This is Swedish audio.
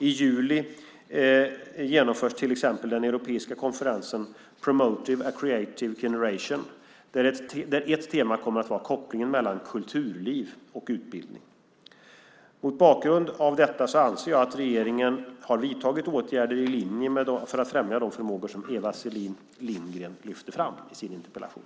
I juli genomförs till exempel den europeiska konferensen Promoting a creative generation där ett tema kommer att vara kopplingen mellan kulturliv och utbildning. Mot bakgrund av detta anser jag att regeringen har vidtagit åtgärder för att främja de förmågor som Eva Selin Lindgren lyfter fram i sin interpellation.